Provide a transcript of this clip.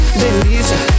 delícia